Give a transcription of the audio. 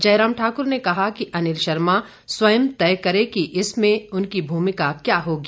जयराम ठाकर ने कहा कि अनिल शर्मा स्वयं तय करें कि इसमें उनकी भूमिका क्या होगी